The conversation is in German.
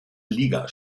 liga